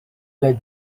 book